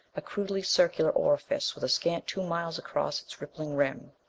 a crudely circular orifice with a scant two miles across its rippling rim.